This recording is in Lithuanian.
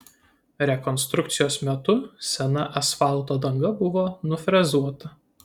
rekonstrukcijos metu sena asfalto danga buvo nufrezuota